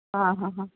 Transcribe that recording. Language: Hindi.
हाँ हाँ हाँ